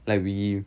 like we